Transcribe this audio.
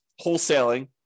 wholesaling